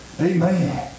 Amen